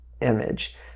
image